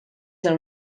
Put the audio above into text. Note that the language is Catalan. del